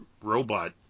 robot